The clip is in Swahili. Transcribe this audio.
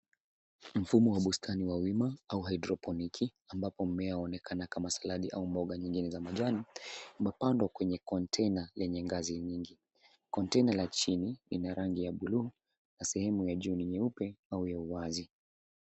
Mfumo wa bustani wa wima au haedroponiki ambapo mmea waonekana kama saladi au mboga nyingine za majani imepandwa kweny container lenye ngazi nyingi. Container la chini lina rangi ya bluu na sehemu ya juu ni nyeupe au ya uwazi.